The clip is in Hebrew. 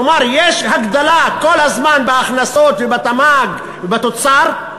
כלומר, יש הגדלה כל הזמן בהכנסות ובתמ"ג ובתוצר,